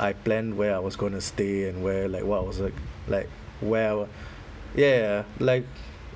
I planned where I was going to stay and where like what was like like where I were ya ya like